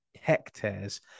hectares